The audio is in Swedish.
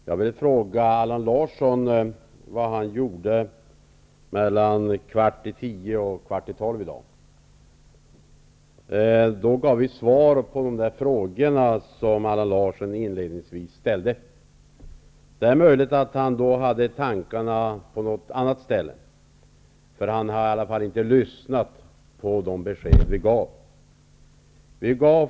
Herr talman! Jag vill fråga Allan Larsson vad han gjorde mellan kvart i tio och kvart i tolv i dag. Då gav vi nämligen svar på alla de frågor som Allan Larsson inledningsvis ställde. Det är möjligt att han då hade tankarna på annat håll, för han har i alla fall inte lyssnat till de besked som vi gav.